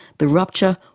the rupture,